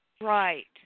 Right